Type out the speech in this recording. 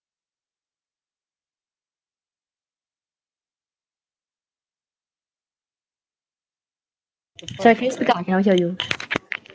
sorry can you speak up I cannot hear you